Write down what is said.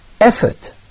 effort